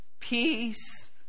Peace